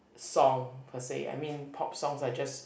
song per se I mean pop songs are just